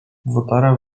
votarea